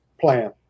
plan